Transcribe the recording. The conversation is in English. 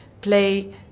play